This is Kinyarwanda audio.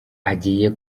agiye